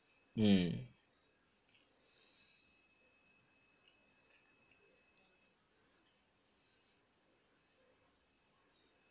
mm